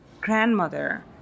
grandmother